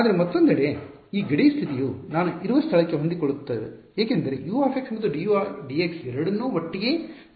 ಆದರೆ ಮತ್ತೊಂದೆಡೆ ಈ ಗಡಿ ಸ್ಥಿತಿಯು ನಾನು ಇರುವ ಸ್ಥಳಕ್ಕೆ ಹೊಂದಿಕೊಳ್ಳುತ್ತದೆ ಏಕೆಂದರೆ U ಮತ್ತು dU dx ಎರಡನ್ನೂ ಒಟ್ಟಿಗೆ 0 ಗೆ ಹೊಂದಿಸಲಾಗಿದೆ